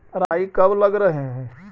राई कब लग रहे है?